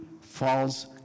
false